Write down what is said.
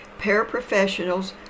paraprofessionals